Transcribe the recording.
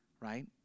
right